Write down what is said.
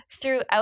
throughout